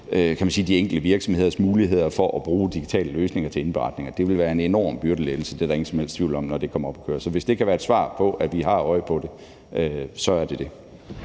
kan man sige, de enkelte virksomheders muligheder for at bruge digitale løsninger til indberetninger. Det vil være en enorm byrdelettelse, når det kommer op at køre. Det er der ingen som helst tvivl om. Så hvis det kan være et svar på, at vi har øje på det, så er det det.